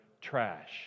trash